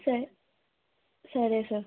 sir సరే sir